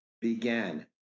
began